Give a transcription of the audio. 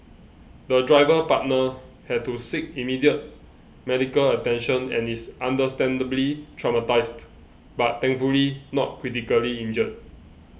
the driver partner had to seek immediate medical attention and is understandably traumatised but thankfully not critically injured